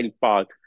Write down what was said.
park